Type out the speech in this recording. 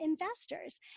investors